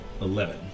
eleven